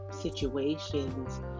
situations